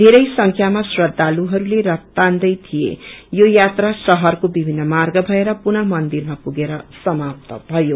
बेरै संख्यामा श्रदालुइस्ले रथ तान्दै थिएं यो यात्रा शहरको विभिन्न मार्ग भएर पुनः मन्दिरमा पुगेर समाप्त भयो